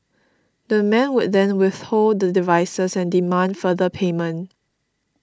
the men would then withhold the devices and demand further payment